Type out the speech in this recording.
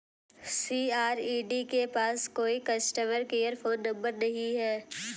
CRED के पास कोई कस्टमर केयर फोन नंबर नहीं है